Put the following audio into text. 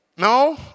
No